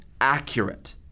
accurate